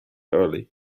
early